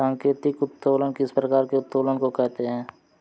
सांकेतिक उत्तोलन किस प्रकार के उत्तोलन को कहते हैं?